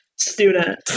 Student